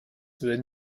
würden